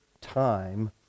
time